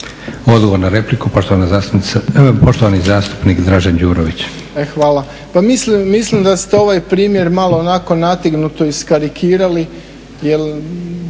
Odgovor na repliku, poštovani zastupnik Dražen Đurović.